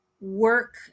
work